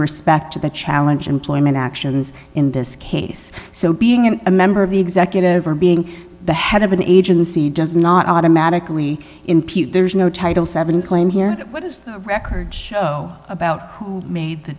respect to the challenge employment actions in this case so being in a member of the executive or being the head of an agency does not automatically impede there's no title seven claim here what is the record show about who made the